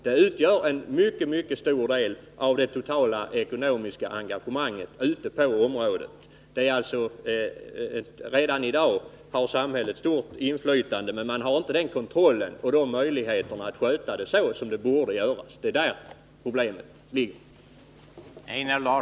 Det utgör en mycket stor del av det totala ekonomiska engagemanget för området. Redan i dag har alltså samhället stort inflytande, men man har inte den kontroll över verksamheten och inte heller de möjligheter som behövs för att området skall kunna skötas såsom det borde skötas. Det är där problemet ligger.